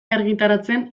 argitaratzen